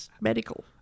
medical